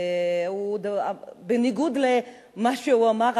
בניגוד למה שהוא אמר,